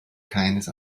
keines